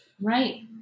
Right